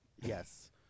yes